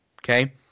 okay